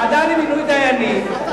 ועדה למינוי דיינים,